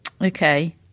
okay